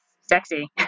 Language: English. sexy